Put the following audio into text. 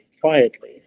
quietly